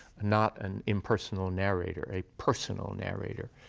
not an impersonal narrator, a personal narrator.